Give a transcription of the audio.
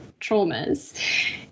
traumas